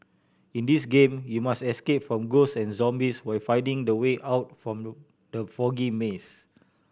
in this game you must escape from ghosts and zombies while finding the way out from the foggy maze